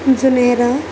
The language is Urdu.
جنیرا